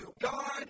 God